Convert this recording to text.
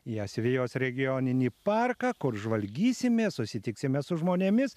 į asvejos regioninį parką kur žvalgysimės susitiksime su žmonėmis